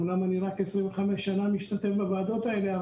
אמנם אני רק 25 שנה משתתף בוועדות האלה,